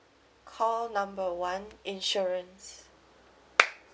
call number one insurance